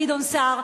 גדעון סער,